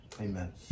Amen